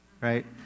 right